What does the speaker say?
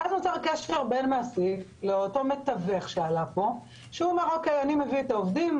ואז ניגש המעסיק לאותו מתווך שעלה פה ואומר: אני מביא את העובדים.